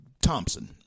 Thompson